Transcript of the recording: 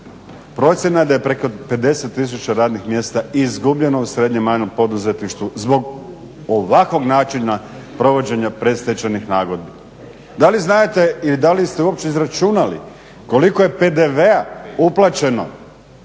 Procjena da je preko 50 tisuća radnih mjesta izgubljeno u srednjem i malom poduzetništvu zbog ovakvog načina provođenja predstečajnih nagodbi. Da li znate i da li ste uopće izračunali koliko je PDV-a uplaćeno